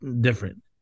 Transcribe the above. different